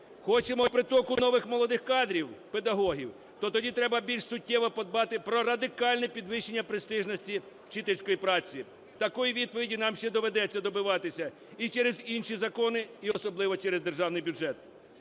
Хочемо притоку нових молодих кадрів, педагогів, то тоді треба більш суттєво подбати про радикальне підвищення престижності вчительської праці. Такої відповіді нам ще доведеться добиватися і через інші закони, і особливо через державний бюджет.